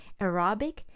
aerobic